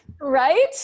right